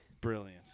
brilliant